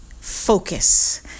focus